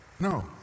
No